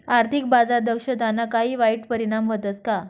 आर्थिक बाजार दक्षताना काही वाईट परिणाम व्हतस का